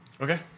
Okay